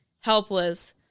helpless